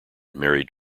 married